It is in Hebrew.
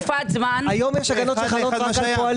זה לא בדיוק מה שהיה.